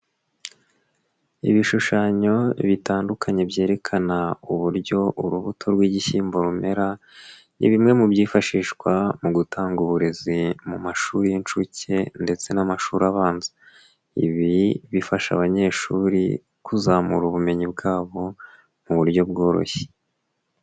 Ibishushanyo bitandukanye byerekana uburyo urubuto rw'igishyimbo rumera ni bimwe mu byifashishwa mu gutanga uburezi mu mashuri y'inshuke ndetse n'amashuri abanza, ibi bifasha abanyeshuri kuzamura ubumenyi bwabo mu buryo bworoshye.